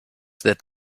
that